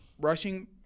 rushing